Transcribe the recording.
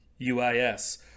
UIS